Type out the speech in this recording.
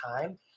time